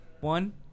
One